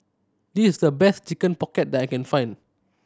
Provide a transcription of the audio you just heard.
this is the best Chicken Pocket that I can find